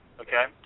Okay